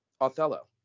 Othello